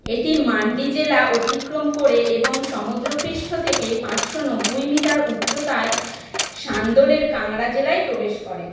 এটি মাণ্ডি জেলা অতিক্রম করে এবং সমুদ্রপৃষ্ঠ থেকে পাঁচশো নব্বই মিটার উচ্চতায় সান্দোলের কাংড়া জেলায় প্রবেশ করে